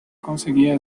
conseguía